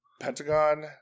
pentagon